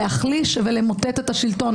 להחליש ולמוטט את השלטון.